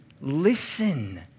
listen